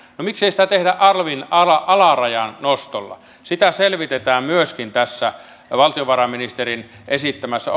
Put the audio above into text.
no miksei sitä tehdä alvin alarajan nostolla sitä selvitetään myöskin tässä valtiovarainministerin esittämässä